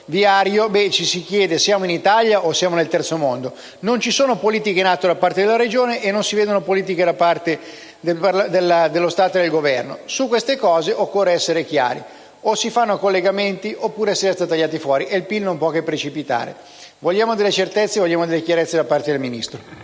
viario, viene da chiedersi se siamo in Italia o nel Terzo mondo. Non ci sono politiche in atto da parte della Regione e non si vedono politiche da parte dello Stato e del Governo. Su queste materie occorre essere chiari: o si fanno collegamenti oppure si resta tagliati fuori e il PIL non può che precipitare. Vogliamo delle certezze; vogliamo chiarezza da parte del Ministro.